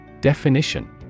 Definition